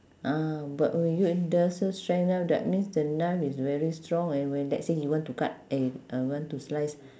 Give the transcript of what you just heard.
ah but when use industrial strength ah that means the knife is very strong and when let's say when you want to cut eh uh want to slice